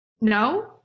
No